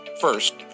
First